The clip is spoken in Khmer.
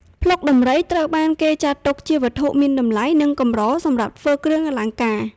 ភ្លុកដំរីត្រូវបានគេចាត់ទុកជាវត្ថុមានតម្លៃ និងកម្រសម្រាប់ធ្វើគ្រឿងអលង្ការ។